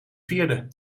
vierde